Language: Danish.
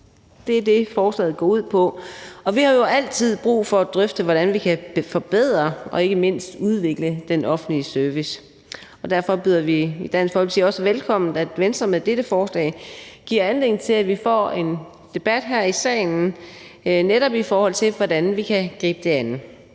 det er det, forslaget går ud på – og vi har jo altid brug for at drøfte, hvordan vi kan forbedre og ikke mindst udvikle den offentlige service. Derfor byder vi i Dansk Folkeparti det også velkommen, at Venstre med dette forslag giver anledning til, at vi får en debat her i salen, netop i forhold til hvordan vi kan gribe det an.